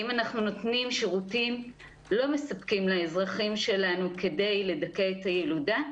האם אנחנו נותנים שירותים לא מספקים לאזרחים שלנו כדי לדכא את הילודה?